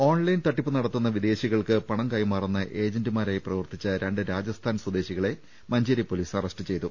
online തട്ടിപ്പ് നടത്തുന്ന വിദേശികൾക്ക് പണം കൈമാറുന്ന ഏജന്റുമാരായി പ്രവർത്തിച്ച രണ്ട് രാജസ്ഥാൻ സ്വദേശികളെ മഞ്ചേരി പൊലീസ് അറസ്റ്റ് ചെയ്തു